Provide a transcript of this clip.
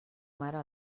mare